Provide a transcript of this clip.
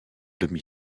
demi